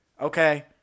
Okay